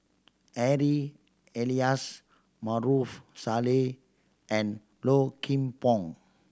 Harry Elias Maarof Salleh and Low Kim Pong